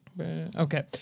Okay